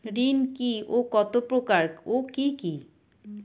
ঋণ কি ও কত প্রকার ও কি কি?